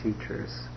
teachers